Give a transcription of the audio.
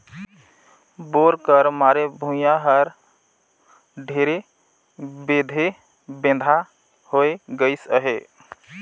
bore कर मारे भुईया तक हर ढेरे बेधे बेंधा होए गइस अहे